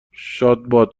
شادباد